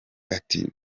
ati